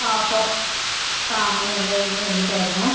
ആ ഫോ ആ അങ്ങനെയുള്ളതിനു വേണ്ടീട്ടായിരുന്നു